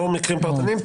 לא מקרים פרטניים,